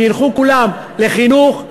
שילכו כולם לחינוך,